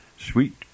Sweet